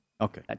Okay